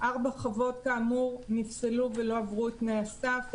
ארבע חוות, כאמור, נפסלו ולא עברו את תנאי הסף.